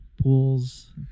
pools